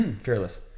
Fearless